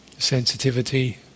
sensitivity